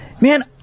man